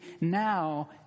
now